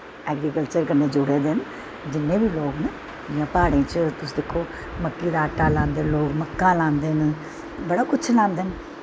agriculture कन्नैं जुड़े दे न जिन्नें बी न प्हाड़े च दिक्खो तुस मक्की दा आटा लांदे न लोग मक्की लांदे न बड़ा कुश लांदे न